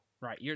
Right